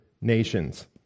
nations